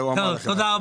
תודה.